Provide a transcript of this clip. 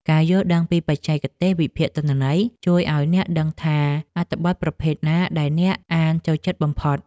ការយល់ដឹងពីបច្ចេកទេសវិភាគទិន្នន័យ ជួយឱ្យអ្នកដឹងថាអត្ថបទប្រភេទណាដែលអ្នកអានចូលចិត្តបំផុត។